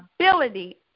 ability